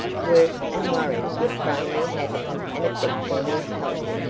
work and worry were plainly having an effect on his health.